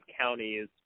counties